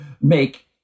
make